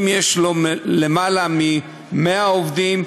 אם יש לו למעלה מ-100 עובדים,